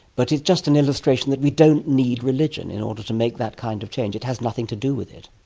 but it's just an illustration that we don't need religion in order to make that kind of change, it has nothing to do with it.